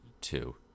two